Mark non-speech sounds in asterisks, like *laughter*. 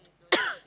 *coughs*